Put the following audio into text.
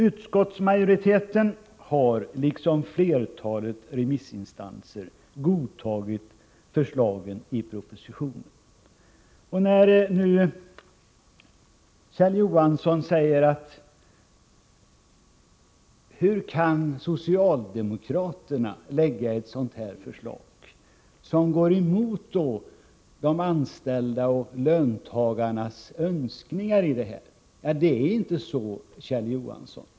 Utskottsmajoriteten har, liksom flertalet remissinstanser, godtagit förslagen i propositionen. Kjell Johansson undrar nu hur socialdemokraterna kan lägga fram ett förslag som går emot de anställdas och löntagarnas önskemål i detta sammanhang. Det förhåller sig inte på detta sätt, Kjell Johansson.